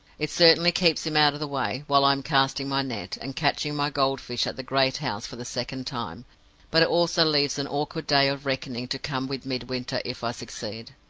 it certainly keeps him out of the way, while i am casting my net, and catching my gold fish at the great house for the second time but it also leaves an awkward day of reckoning to come with midwinter if i succeed.